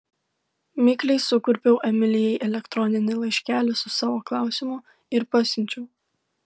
mikliai sukurpiau emilijai elektroninį laiškelį su savo klausimu ir pasiunčiau